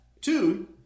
two